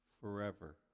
Forever